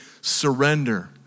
surrender